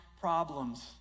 problems